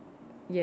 yes